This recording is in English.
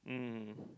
mm